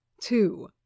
Two